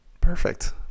perfect